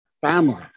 family